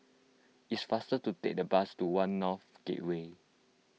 it is faster to take the bus to one North Gateway